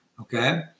Okay